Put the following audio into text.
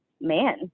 man